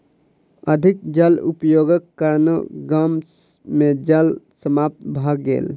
अधिक जल उपयोगक कारणेँ गाम मे जल समाप्त भ गेल